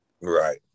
Right